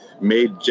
made